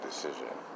decision